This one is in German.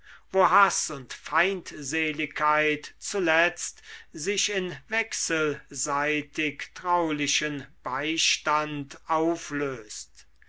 wo haß und feindseligkeit zuletzt sich in wechselseitig traulichen beistand auflöst